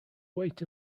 weight